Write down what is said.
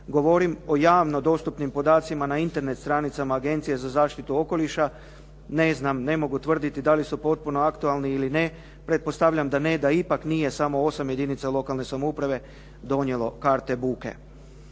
Govorim o javno dostupnim podacima na Internet stranicama Agencije za zaštitu okoliša. Ne znam, ne mogu tvrditi da li su potpuno aktualni ili ne. Pretpostavljam da ne, da ipak nije samo 8 jedinica lokalne samouprave donijelo karte buke.